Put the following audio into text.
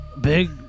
Big